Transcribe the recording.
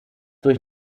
durch